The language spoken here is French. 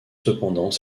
cependant